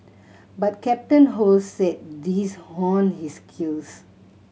but Captain Ho said these honed his skills